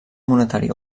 monetari